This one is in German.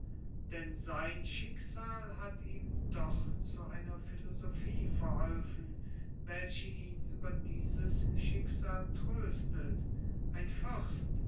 denn sein schicksal hat ihm doch zu einer philosophie verholfen welche ihn über dieses schicksal tröstet ein